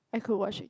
I could watch it